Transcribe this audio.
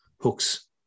hooks